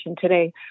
today